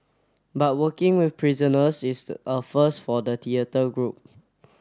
but working with prisoners is a first for the theatre group